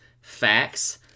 facts